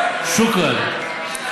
שוכרן.